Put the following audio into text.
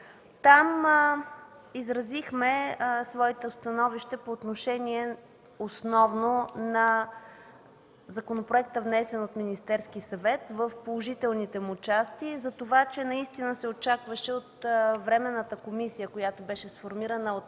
Там изразихме своето становище основно по отношение на законопроекта, внесен от Министерския съвет, в положителните му части и за това, че наистина се очакваше от Временната комисия, която беше сформирана от